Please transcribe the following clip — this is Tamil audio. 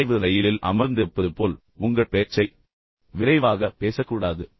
அதிவிரைவு ரயிலில் அமர்ந்திருப்பது போல் உங்கள் பேச்சை விரைவாக பேசக்கூடாது